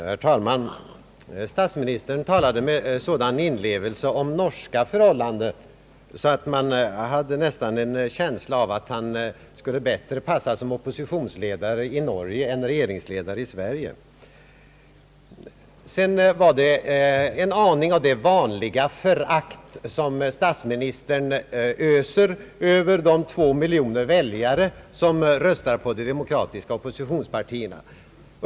Herr talman! Statsministern talade med sådan inlevelse om norska förhållanden att man nästan fick en känsla av att han bättre skulle passa som oppositionsledare i Norge än som regeringschef i Sverige. Man märkte en aning av det vanliga förakt som statsministern öser över de två miljoner väljare som röstar på de demokratiska oppositionspartierna.